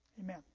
amen